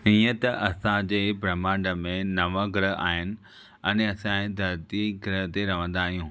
हीअं त असांजे ब्रहामंड में नव ग्रह आहिनि अने असां धरती ग्रह ते रहंदा आहियूं